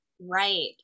Right